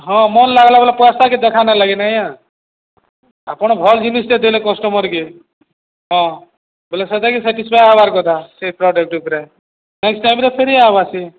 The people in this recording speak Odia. ହଁ ମନ ଲାଗ୍ଲାା ବୋଲେ ପସ୍ତାକେ ଦେଖ ନ ଲାଗେ ନାଇଁ ଆା ଆପଣ ଭଲ୍ ଜିନିଷଟେ ଦେଲେ କଷ୍ଟମର୍କେ ହଁ ବୋଲେ ସେଟାକି ସେଟିସ୍ଫାଏ ହବାର୍ କଥା ସେଇ ପ୍ରଡ଼କ୍ଟ ଉପରେ ନେକ୍ସଟ ଟାଇମ୍ରେ ଫେରି ହବ ଆସି